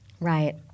Right